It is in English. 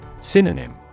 Synonym